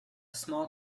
small